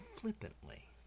flippantly